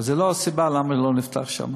אבל זו לא הסיבה למה לא נפתח שם.